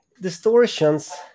Distortions